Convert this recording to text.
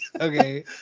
Okay